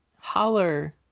holler